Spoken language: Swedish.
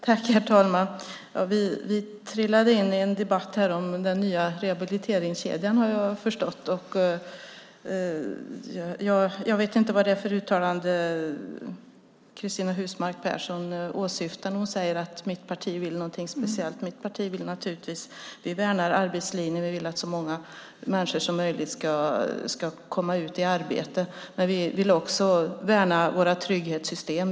Herr talman! Jag har förstått att vi trillade in i en debatt om den nya rehabiliteringskedjan. Jag vet inte vad det är för uttalande Cristina Husmark Pehrsson åsyftar när hon säger att mitt parti vill något speciellt. Mitt parti värnar naturligtvis arbetslinjen och vill att så många människor som möjligt ska komma ut i arbete. Vi vill också värna våra trygghetssystem.